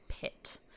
pit